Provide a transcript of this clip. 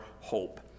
hope